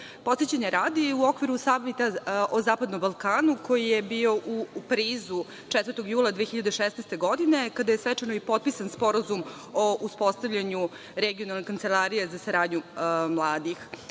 radi, u okviru Samita o zapadnom Balkanu, koji je bio u Parizu 4. jula 2016. godine, kada je svečano i potpisan Sporazum o uspostavljanju Regionalne kancelarije za saradnju mladih,